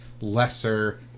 lesser